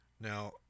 now